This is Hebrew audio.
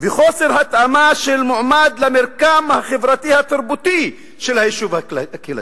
וחוסר התאמה של מועמד למרקם החברתי-התרבותי של היישוב הקהילתי.